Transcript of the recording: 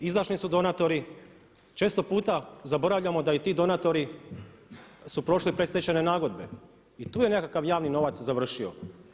Izdašni su donatori, često puta zaboravljamo da i ti donatori su prošli predstečajne nagodbe i tu je nekakav javni novac završio.